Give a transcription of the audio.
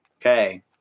Okay